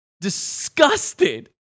disgusted